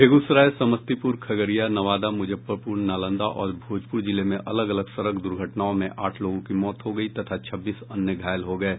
बेगूसराय समस्तीपुर खगड़िया नवादा मुजफ्फरपुर नालंदा और भोजपुर जिले में अलग अलग सड़क दुर्घटनाओं में आठ लोगों की मौत हो गयी तथा छब्बीस अन्य घायल हो गये